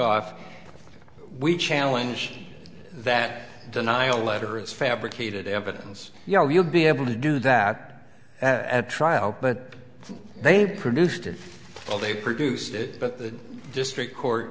off we challenge that denial letter is fabricated evidence you know we'll be able to do that at trial but they produced it well they produced it but the district court